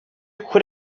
quit